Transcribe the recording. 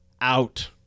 out